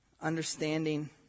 understanding